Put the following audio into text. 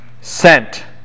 Sent